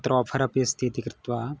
अत्र आफ़र् अपि अस्ति इति कृत्वा